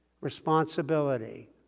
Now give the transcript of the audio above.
responsibility